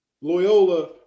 Loyola –